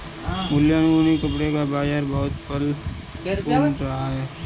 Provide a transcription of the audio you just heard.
मुलायम ऊनी कपड़े का बाजार बहुत फल फूल रहा है